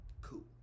cool